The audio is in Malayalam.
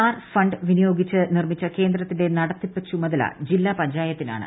ആർ ഫണ്ട് വിനിയോഗിച്ച് നിർമ്മിച്ച കേന്ദ്രത്തിന്റെ നടത്തിപ്പു ചുമതല ജില്ലാ പഞ്ചായത്തിനാണ്